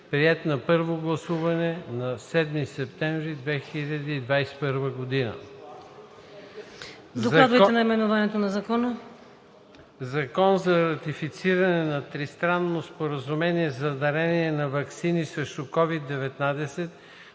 приет на първо гласуване на 8 септември 2021 г.“ „Закон за ратифициране на Тристранното споразумение за дарение на ваксини срещу